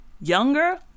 younger